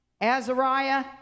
Azariah